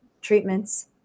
treatments